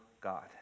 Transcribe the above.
God